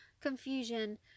confusion